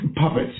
Puppets